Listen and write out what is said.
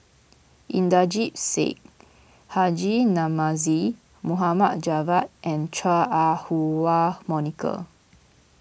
Inderjit Singh Haji Namazie Mohammed Javad and Chua Ah Huwa Monica